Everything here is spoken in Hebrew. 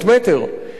בים התיכון,